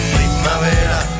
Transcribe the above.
Primavera